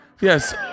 yes